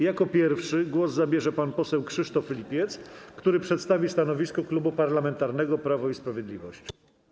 Jako pierwszy głos zabierze pan poseł Krzysztof Lipiec, który przedstawi stanowisko Klubu Parlamentarnego Prawo i Sprawiedliwość.